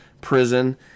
prison